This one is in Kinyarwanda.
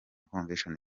convention